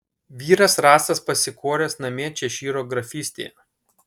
vyras rastas pasikoręs namie češyro grafystėje